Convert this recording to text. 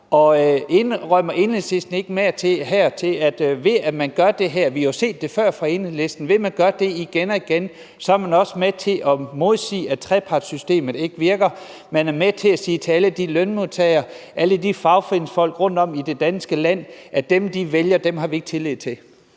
Og indrømmer Enhedslisten ikke også, at ved at man gør det her igen og igen – vi har jo se det før fra Enhedslisten – er man også med til at sige, at trepartssystemet ikke virker? Man er med til at sige til alle de lønmodtagere, alle de fagforeningsfolk rundt om i det danske land, at dem, de vælger, har vi ikke tillid til.